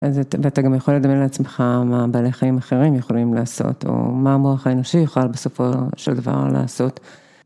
ואתה גם יכול לדמיין לעצמך מה בעלי חיים אחרים יכולים לעשות, או מה המוח האנושי יוכל בסופו של דבר לעשות.